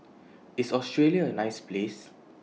IS Australia A nice Place